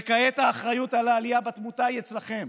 וכעת האחריות לעלייה בתמותה היא אצלכם.